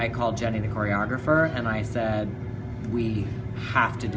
i called jenny the choreographer and i said we have to